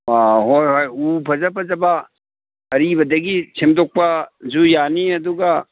ꯑꯥ ꯍꯣꯏ ꯍꯣꯏ ꯎ ꯐꯖ ꯐꯖꯕ ꯑꯔꯤꯕꯗꯒꯤ ꯁꯦꯝꯗꯣꯛꯄꯁꯨ ꯌꯥꯅꯤ ꯑꯗꯨꯒ